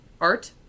Art